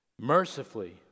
mercifully